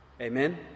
Amen